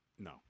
No